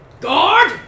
Guard